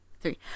three